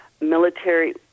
military